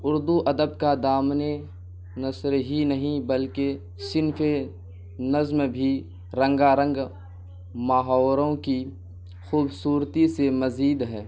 اردو ادب کا دامن نثر ہی نہیں بلکہ صنف نظم بھی رنگا رنگ محاوروں کی خوبصورتی سے مزید ہے